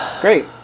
Great